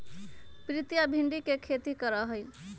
प्रीतिया भिंडी के खेती करा हई